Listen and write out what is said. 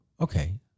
Okay